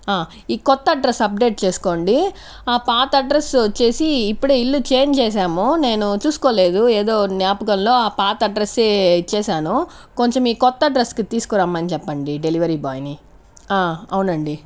ఈ కొత్త address update చేసుకోండి ఆ పాత అడ్రస్ వచ్చేసి ఇప్పుడే ఇల్లు చేంజ్ చేశాము నేను చూసుకోలేదు ఏదో జ్ఞాపకాల్లో ఆ పాత అడ్రస్ ఏ ఇచ్చేసాను కొంచెం ఈ కొత్త అడ్రస్ కి తీసుకురమ్మని చెప్పండి డెలివరీ బాయ్ ని అవునండి